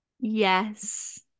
Yes